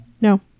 No